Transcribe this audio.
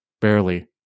barely